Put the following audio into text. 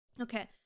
Okay